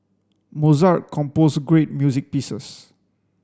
Mozart composed great music pieces